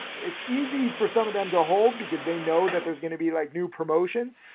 it's easy for some of them to hold because they know that there's gonna be like new promotions,